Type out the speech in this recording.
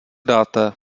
dáte